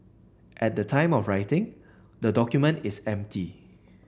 at the time of writing the document is empty